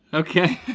okay,